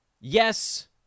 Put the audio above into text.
yes